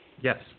Yes